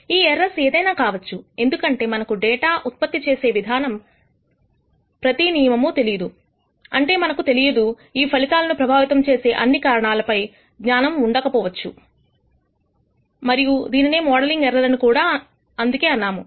ఈ ఈ ఎర్రర్స్ ఏదైనా కావచ్చు ఎందుకంటే మనకు డేటా ఉత్పత్తి చేసే విధానం ప్రతి నియమము తెలియదు అంటే మనకు తెలియదుఈ ఫలితాలను ప్రభావితం చేసే అన్ని కారణాలు పై జ్ఞానము ఉండకపోవచ్చు మరియు దీనినే మోడలింగ్ ఎర్రర్ అని అందుకే అన్నాము